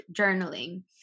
journaling